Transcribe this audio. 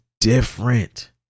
different